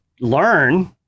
learn